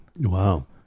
Wow